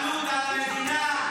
יש לכם בעלות על המדינה,